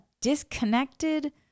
disconnected